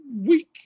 week